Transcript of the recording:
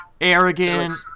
arrogant